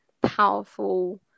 powerful